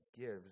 gives